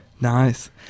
Nice